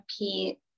repeat